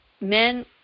men